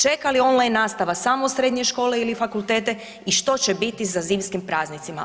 Čeka li online nastava samo srednje škole ili fakultete i što će biti sa zimskim praznicima?